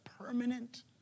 permanent